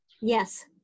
Yes